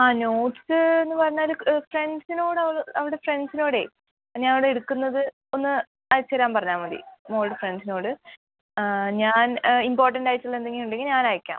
ആ നോട്ട്സ് എന്ന് പറഞ്ഞാല് ഫ്രണ്ട്സിനോട് അവള് അവടെ ഫ്രണ്ട്സിനോടെ ഞാൻ ഇവിടെ എടുക്കുന്നത് ഒന്ന് അയച്ച് തരാൻ പറഞ്ഞാൽ മതി മോൾടെ ഫ്രണ്ട്സിനോട് ആ ഞാൻ ഇമ്പോർട്ടൻറ്റായിട്ടുള്ള എന്തെങ്കിലും ഉണ്ടെങ്കിൽ ഞാൻ അയക്കാം